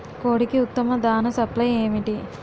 కోడికి ఉత్తమ దాణ సప్లై ఏమిటి?